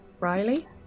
Riley